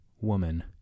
woman